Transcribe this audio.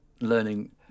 learning